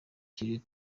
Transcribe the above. kiri